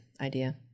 idea